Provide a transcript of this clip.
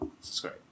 Subscribe